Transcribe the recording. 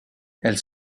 elle